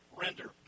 render